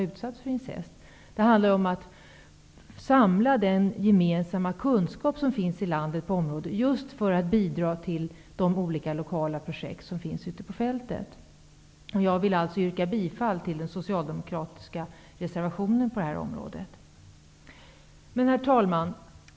Där handlar det om att samla den gemensamma kunskap som finns i landet på detta område, för att bidra till de olika lokala projekt som finns ute på fältet. Jag vill yrka bifall till den socialdemokratiska reservationen på detta område. Herr talman!